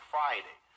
Friday